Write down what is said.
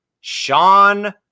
Sean